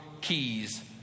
keys